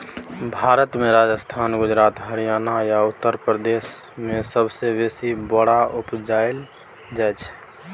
भारत मे राजस्थान, गुजरात, हरियाणा आ उत्तर प्रदेश मे सबसँ बेसी बोरा उपजाएल जाइ छै